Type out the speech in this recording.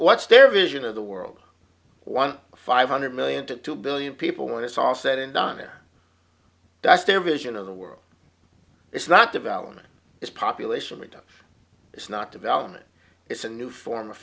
what's their vision of the world one five hundred million to two billion people and it's all said and done it that's their vision of the world it's not development it's population reduction it's not development it's a new form of